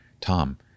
Tom